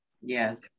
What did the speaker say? Yes